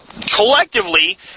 collectively